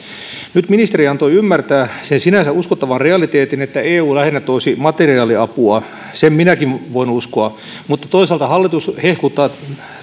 nyt ministeri antoi ymmärtää sen sinänsä uskottavan realiteetin että eu lähinnä toisi materiaaliapua sen minäkin voin uskoa mutta toisaalta hallitus hehkuttaa